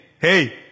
hey